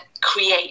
create